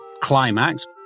climax